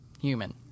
human